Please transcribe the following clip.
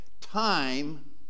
time